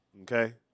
Okay